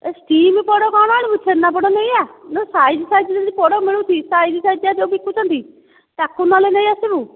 ଏ steam ପୋଡ଼ କ'ଣ ପାଇଁ ଆଣିବୁ ଛେନାପୋଡ଼ ନେଇଆ ନହେଲେ ସାଇଜ୍ ସାଇଜ୍ ଯଦି ପୋଡ଼ ମିଳୁଛି ସାଇଜ୍ ସାଇଜିଆ ଯେଉଁ ବିକୁଛନ୍ତି ତାକୁ ନହେଲେ ନେଇ ଆସିବୁ